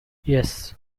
yes